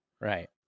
Right